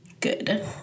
Good